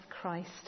Christ